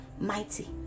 mighty